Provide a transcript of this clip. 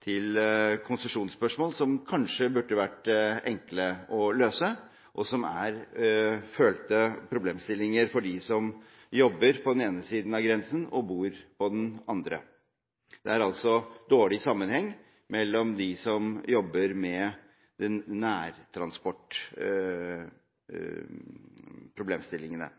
til konsesjonsspørsmål. Dette burde kanskje vært enkelt å løse, og det er følte problemstillinger for dem som jobber på den ene siden av grensen og bor på den andre. Det er altså dårlig sammenheng mellom dem som jobber med problemstillingene knyttet til nærtransport.